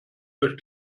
euch